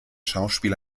schauspiel